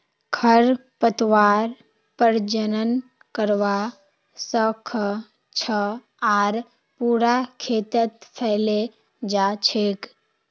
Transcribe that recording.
खरपतवार प्रजनन करवा स ख छ आर पूरा खेतत फैले जा छेक